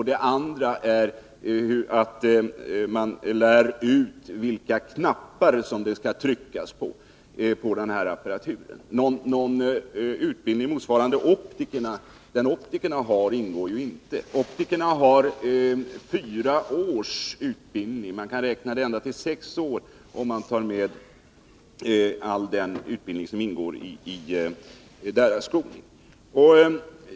De andra två timmarna lär man ut vilka knappar som personalen skall trycka på. Någon utbildning av det slag optikerna får ingår inte. Optikerna har mer än fyra års utbildning — ända upp till sex år om man räknar om praktiktiden i deras skolning till terminer.